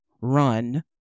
run